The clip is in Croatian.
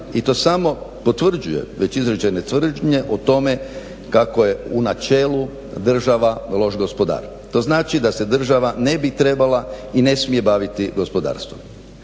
i to samo potvrđuje već izrečene tvrdnje o tome kako je u načelu država loš gospodar. To znači da se država ne bi trebala i ne smije baviti gospodarstvom.